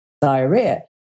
diarrhea